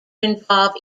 involve